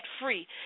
free